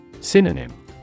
Synonym